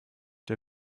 der